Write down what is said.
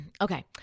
Okay